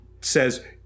says